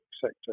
sector